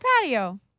patio